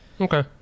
okay